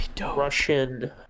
Russian